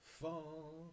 fall